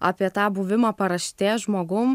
apie tą buvimą paraštės žmogum